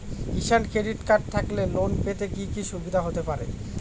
কিষান credit card থাকলে ঋণ পেতে কি কি সুবিধা হতে পারে?